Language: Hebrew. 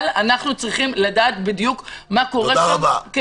-- אבל אנחנו צריכים לדעת בדיוק מה קורה שם כי